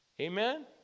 Amen